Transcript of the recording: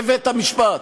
בבית-המשפט.